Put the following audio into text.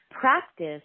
practice